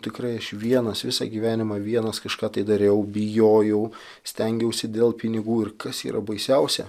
tikrai aš vienas visą gyvenimą vienas kažką tai dariau bijojau stengiausi dėl pinigų ir kas yra baisiausia